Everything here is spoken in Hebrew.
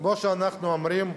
כמו שאנחנו אומרים,